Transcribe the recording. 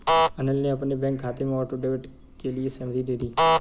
अनिल ने अपने बैंक खाते में ऑटो डेबिट के लिए सहमति दे दी